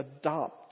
adopt